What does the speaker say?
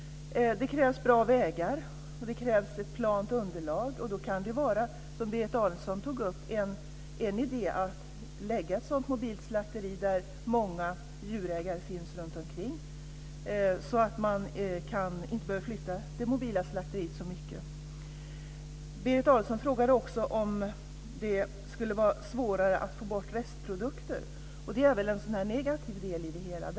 Det krävs bra vägar och plant underlag. En idé kan vara att lägga ett mobilt slakteri där många djurägare finns runtomkring, som Berit Adolfsson tog upp. Då behöver man inte flytta det mobila slakteriet så mycket. Berit Adolfsson frågade också om det skulle vara svårare att få bort restprodukter. Det är en negativ del.